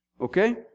okay